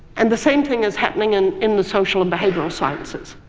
and the same thing is happening and in the social and behavioral sciences.